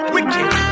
Wicked